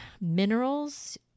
Minerals